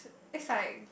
it's like